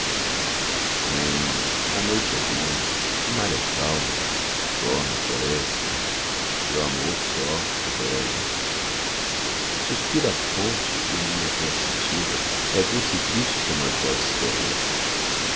a noite é linda o mar é calmo dorme a floresta meu amor só vela suspira a fonte e minha voz sentida é doce e triste como as vozes dela